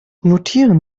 notieren